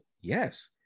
yes